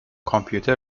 کامپیوتر